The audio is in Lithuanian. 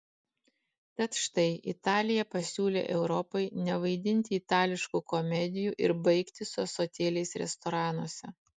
tad štai italija pasiūlė europai nevaidinti itališkų komedijų ir baigti su ąsotėliais restoranuose